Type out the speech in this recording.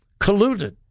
colluded